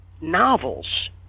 novels